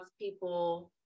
people